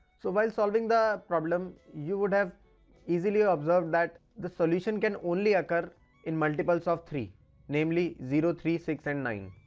so while solving the problem, you would have easily observed that the solution can only occur in multiples of three namely zero, three, six and nine.